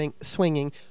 swinging